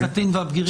נושא הקטין והבגירים?